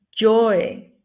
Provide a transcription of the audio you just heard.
joy